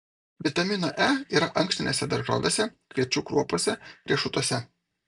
vitamino e yra ankštinėse daržovėse kviečių kruopose riešutuose